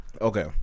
Okay